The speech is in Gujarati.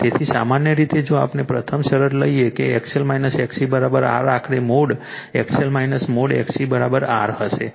તેથી સામાન્ય રીતે જો આપણે પ્રથમ શરત લઈએ કે XL XC R આખરે mod XL mod XC R હશે